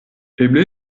eble